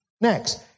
Next